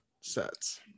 sets